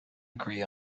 agree